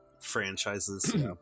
franchises